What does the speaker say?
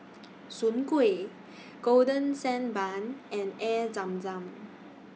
Soon Kway Golden Sand Bun and Air Zam Zam